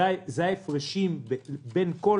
ההפרשים בין כל